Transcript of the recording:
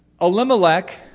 Elimelech